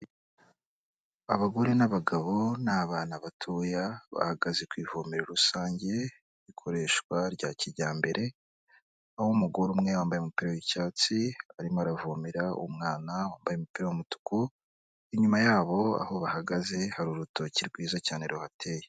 Abagore n'abagabo n'abana batoya bahagaze ku ivomero rusange, ikoreshwa rya kijyambere, aho umugore umwe wambaye umupanro y'icyatsi arimo aravomera umwana wambaye umupira w'umutuku, inyuma yabo aho bahagaze hari urutoki rwiza cyane ruhateye.